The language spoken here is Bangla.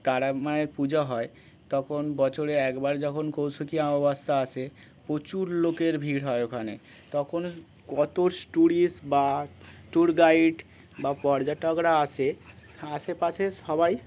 তারা মায়ের পুজো হয় তখন বছরে একবার যখন কৌশিকী অমাবস্যা আসে প্রচুর লোকের ভিড় হয় ওখানে তখন কত টুরিস্ট বা ট্যুর গাইড বা পর্যটকরা আসে আশেপাশে সবাই